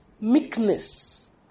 Meekness